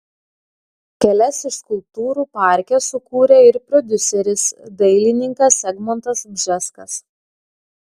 kelias iš skulptūrų parke sukūrė ir prodiuseris dailininkas egmontas bžeskas